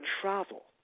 travel